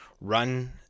run